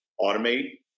automate